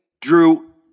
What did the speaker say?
Drew